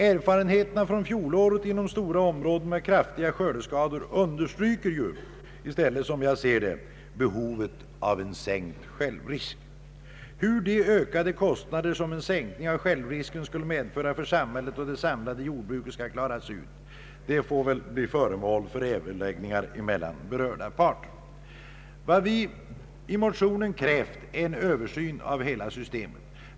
Erfarenheterna från fjolåret inom stora områden med kraftiga skördeskador understryker i stället, som jag ser det, behovet av en sänkt självrisk. Hur de ökade kostnader som en sänkning av självrisken skulle medföra för samhället och det samlade jordbruket skall klaras ut får väl bli föremål för överläggningar mellan berörda parter. Vad vi i motionen krävt är en översyn av hela systemet.